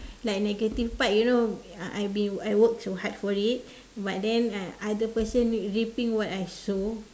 like negative part you know uh I be I work so hard for it but uh then other person reaping what I sow